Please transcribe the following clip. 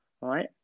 Right